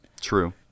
True